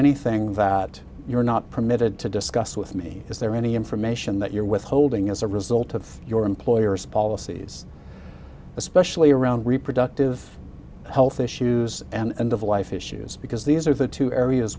anything that you're not permitted to discuss with me is there any information that you're withholding as a result of your employer's policies especially around reproductive health issues and of life issues because these are the two areas